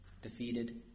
defeated